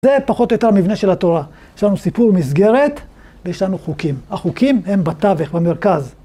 זה פחות או יותר מבנה של התורה, יש לנו סיפור מסגרת, ויש לנו חוקים, החוקים הם בתווך, במרכז.